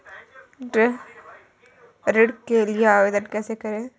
गृह ऋण के लिए आवेदन कैसे करें?